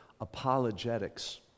apologetics